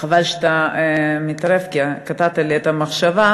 יכולים לתקן את החוק.